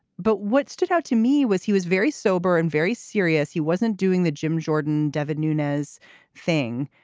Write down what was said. but what stood out to me was he was very sober and very serious. he wasn't doing the jim jordan devin nunez thing,